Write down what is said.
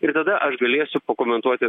ir tada aš galėsiu pakomentuoti